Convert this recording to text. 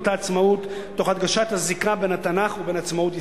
העצמאות תוך הדגשת הזיקה בין התנ"ך ובין עצמאות ישראל".